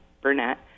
Burnett